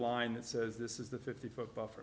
line that says this is the fifty foot buffer